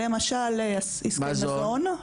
למשל: עסקי מזון,